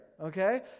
Okay